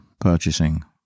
purchasing